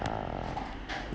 err